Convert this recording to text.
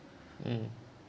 mm